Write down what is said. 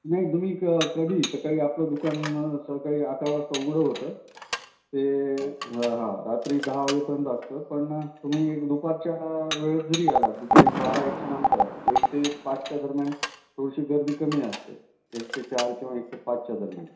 नाही तुम्ही क कधी सकाळी आपलं दुकान सकाळी आकरा वाजाता उघडं होतं ते हां रात्री दहा वाजेपर्यंत असतं पण तुम्ही एक दुपारच्या वेळ जरी आला दुपार एक बारा याच्यानंतर एक ते पाच दरम्यान थोडीशी गर्दी कमी असते एक ते चार किंवा एक ते पाच दरम्यान